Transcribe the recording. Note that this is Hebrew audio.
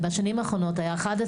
בשנים האחרונות היה 11,